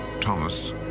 Thomas